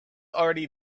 already